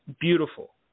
Beautiful